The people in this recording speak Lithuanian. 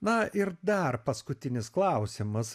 na ir dar paskutinis klausimas